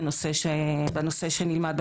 סרט.